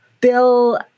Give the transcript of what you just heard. Bill